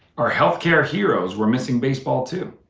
our health care heroes were missing baseball too.